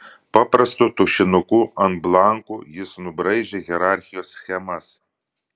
paprastu tušinuku ant blankų jis nubraižė hierarchijos schemas